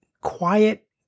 Quiet